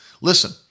Listen